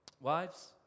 Wives